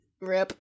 rip